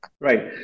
Right